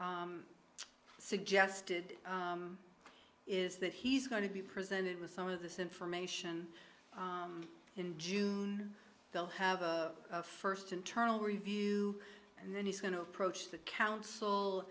e suggested is that he's going to be presented with some of this information in june they'll have a first internal review and then he's going to approach the council